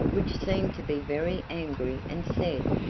which seemed to be very angry and said,